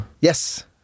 Yes